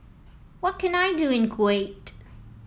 what can I do in Kuwait